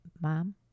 mom